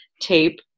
tape